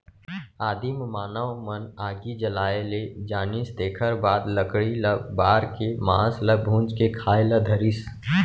आदिम मानव मन आगी जलाए ले जानिस तेखर बाद लकड़ी ल बार के मांस ल भूंज के खाए ल धरिस